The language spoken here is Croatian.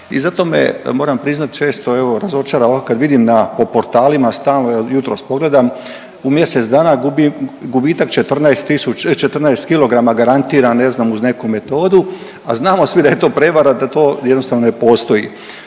i zato me moram priznati često evo razočara kad vidim na, po portalima stalno, evo jutros pogledam u mjesec dana gubim, gubitak 14 tisuća, 14 kilograma garantira ne znam uz neku metodu, a znamo svi da je to prevara, da to jednostavno ne postoji.